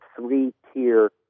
three-tier